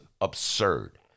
absurd